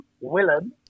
Willem